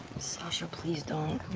sasha, please don't.